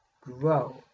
grow